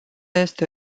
este